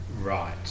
Right